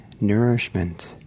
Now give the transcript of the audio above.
nourishment